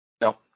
No